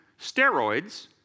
Steroids